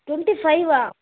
twenty ఫైవా